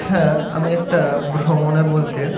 হ্যাঁ আমি একটা ভ্রমণে বলতে